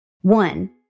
One